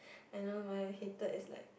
I know my most hated is like